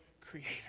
Creator